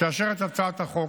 תאשר את הצעת החוק